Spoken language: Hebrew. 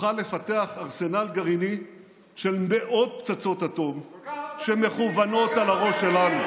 שתוכל לפתח ארסנל גרעיני של מאות פצצות אטום שמכוונות על הראש שלנו.